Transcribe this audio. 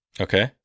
Okay